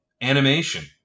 animation